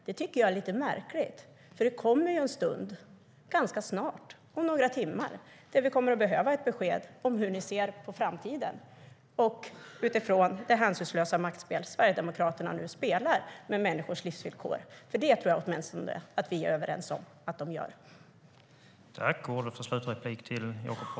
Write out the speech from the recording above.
Det tycker jag är lite märkligt, för det kommer ju en stund - ganska snart, om några timmar - där vi kommer att behöva ett besked om hur ni ser på framtiden utifrån det hänsynslösa maktspel som Sverigedemokraterna nu spelar med människors livsvillkor, för jag tror åtminstone att vi är överens om att de gör det.